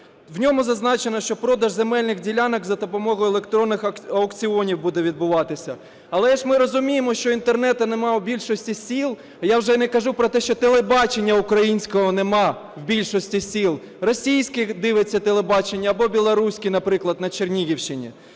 В ньому зазначено, що продаж земельних ділянок за допомогою електронних аукціонів буде відбуватися. Але ж ми розуміємо, що інтернету немає у більшості сіл, я вже і не кажу про те, що телебачення українського немає в більшості сіл. Російське дивляться телебачення або білоруське, наприклад, на Чернігівщині.